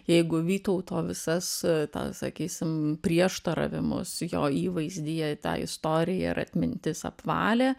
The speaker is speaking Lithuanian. jeigu vytauto visas tą sakysim prieštaravimus jo įvaizdyje ta istorija ir atmintis apvalė